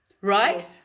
right